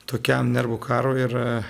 tokiam nervų karui ir